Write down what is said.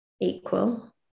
equal